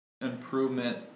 improvement